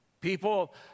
People